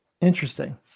Interesting